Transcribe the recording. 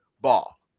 ball